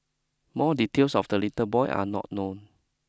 more details of the little boy are not known